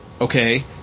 Okay